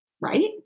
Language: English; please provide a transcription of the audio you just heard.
right